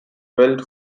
built